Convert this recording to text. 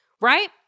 right